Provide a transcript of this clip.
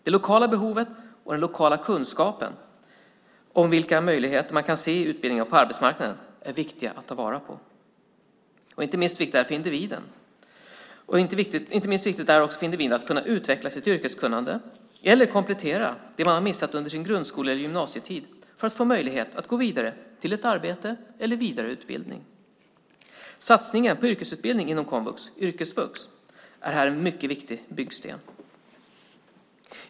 Det lokala behovet och den lokala kunskapen om vilka möjligheter man kan se i utbildningen och på arbetsmarknaden är det viktigt att ta vara på. Inte minst viktigt är det för individen. Inte minst viktigt är det också för individen att kunna utveckla sitt yrkeskunnande eller komplettera det man missat under sin grundskole eller gymnasietid för att få möjligheten att gå vidare till ett arbete eller vidareutbildning. Satsningen på yrkesutbildning inom komvux, yrkesvux, är här en mycket viktig byggsten.